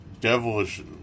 devilish